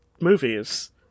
movies